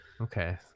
Okay